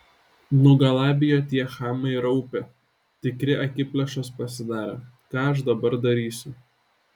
nugalabijo tie chamai raupį tikri akiplėšos pasidarė ką aš dabar darysiu